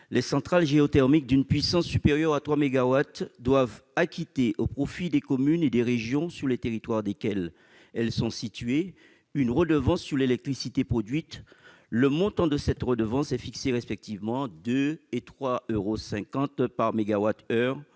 Les centrales géothermiques d'une puissance supérieure à 3 mégawatts doivent acquitter, au profit des communes et des régions sur les territoires desquelles elles sont situées, une redevance sur l'électricité produite. Le montant de cette redevance est fixé respectivement à 2 et 3,5 euros